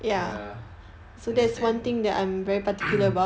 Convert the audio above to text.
ya understand